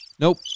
Nope